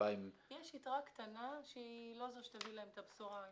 יש יתרה קטנה שהיא לא זו שתביא להם את הבשורה.